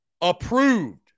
approved